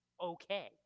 okay